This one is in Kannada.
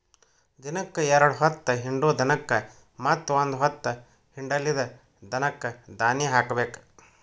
ದಿನಕ್ಕ ಎರ್ಡ್ ಹೊತ್ತ ಹಿಂಡು ದನಕ್ಕ ಮತ್ತ ಒಂದ ಹೊತ್ತ ಹಿಂಡಲಿದ ದನಕ್ಕ ದಾನಿ ಹಾಕಬೇಕ